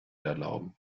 erlauben